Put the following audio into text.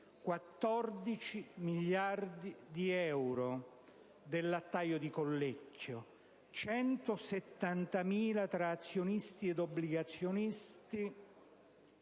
14 miliardi di euro del lattaio di Collecchio, 170.000 tra azionisti e obbligazionisti